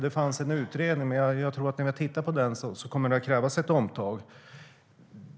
Det fanns en utredning, men jag tror att det, när vi har tittat på den, kommer att krävas ett omtag.